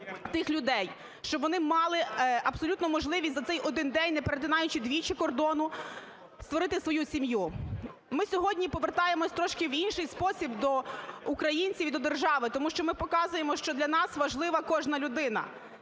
тих людей, щоб вони мали абсолютну можливість за цей один день, не перетинаючи двічі кордону, створити свою сім'ю. Ми сьогодні повертаємося трошки в інший спосіб до українців і до держави, тому що ми показуємо, що для нас важлива кожна людина.